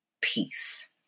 Peace